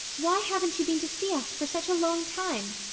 why haven't you been to see us for such a long time?